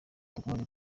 dukomeje